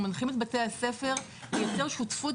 אנחנו מנחים את בתי הספר לייצר שותפות